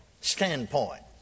standpoint